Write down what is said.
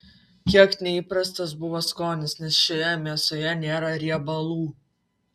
kiek neįprastas buvo skonis nes šioje mėsoje nėra riebalų